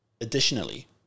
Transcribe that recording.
Additionally